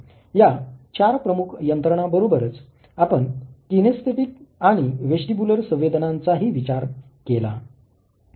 या चार प्रमुख यंत्रणा बरोबरच आपण किनेस्थेटिक आणि वेस्टीबुलर संवेदनांचाही विचार केला